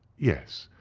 yes.